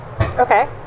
Okay